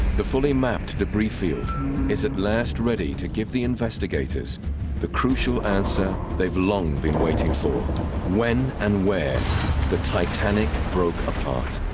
the fully mapped debris field is at last ready to give the investigators the crucial answer they've long been waiting for when and where the titanic broke apart